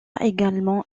également